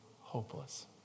hopeless